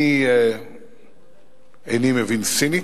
אני איני מבין סינית,